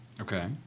Okay